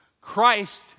Christ